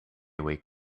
wake